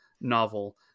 novel